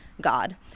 God